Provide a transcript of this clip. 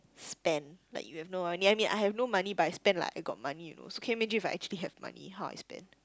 spend like you have no only I mean I have no money but I spend like I got money you know so can you imagine if I actually have money how I spend